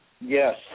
Yes